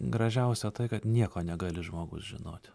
gražiausia tai kad nieko negali žmogus žinoti